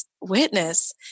witness